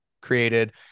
created